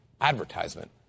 advertisement